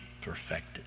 perfected